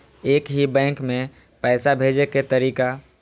एक ही बैंक मे पैसा भेजे के तरीका?